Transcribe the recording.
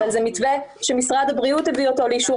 אבל זה מתווה שמשרד הבריאות הביא אותו לאישור